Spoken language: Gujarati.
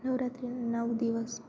નવરાત્રિના નવ દિવસ